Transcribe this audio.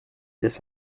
this